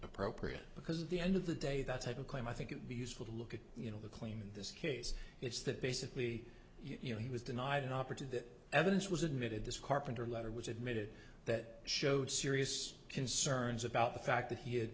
appropriate because the end of the day that type of claim i think it would be useful to look at you know the claim in this case it's that basically you know he was denied an operative the evidence was admitted this carpenter letter was admitted that showed serious concerns about the fact that he had